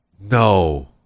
No